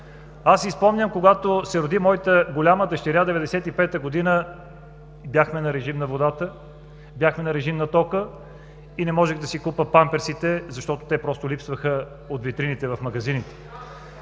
Аз си спомням, когато се роди моята голяма дъщеря 1995 г., бяхме на режим на водата, бяхме на режим на тока и не можех да си купя памперсите, защото те просто липсваха от витрините в магазините.